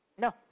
No